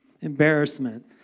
embarrassment